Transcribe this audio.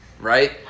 right